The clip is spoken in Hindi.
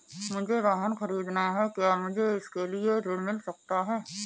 मुझे वाहन ख़रीदना है क्या मुझे इसके लिए ऋण मिल सकता है?